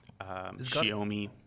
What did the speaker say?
Xiaomi